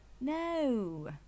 No